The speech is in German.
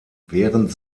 während